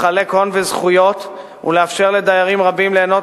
לחלק הון וזכויות ולאפשר לדיירים רבים ליהנות